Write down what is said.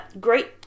great